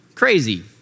crazy